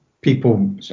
people